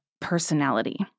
personality